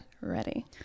ready